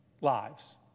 lives